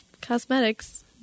Cosmetics